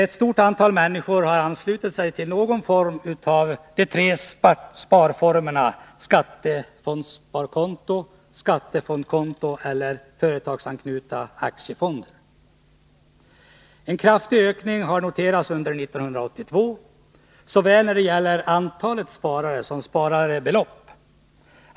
Ett stort antal människor har anslutit sig till någon av de tre sparformerna skattesparkonton, skattefondskonton eller företagsanknutna aktiesparfonder. En kraftig ökning har noterats under 1982, såväl när det gäller antalet sparare som sparat belopp.